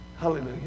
Hallelujah